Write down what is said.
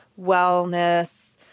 wellness